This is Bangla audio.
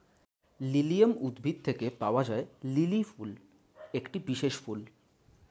লিলিয়াম উদ্ভিদ থেকে পাওয়া লিলি ফুল একটি বিশেষ ফুল